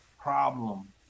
problem